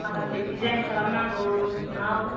माखासे डिजाइन खालामनांगौ रुम सिङाव